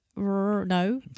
No